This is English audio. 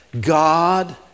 God